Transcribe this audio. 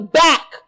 back